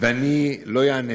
ואני לא אענה,